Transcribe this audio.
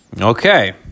Okay